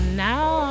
now